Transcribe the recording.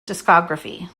discography